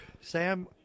Sam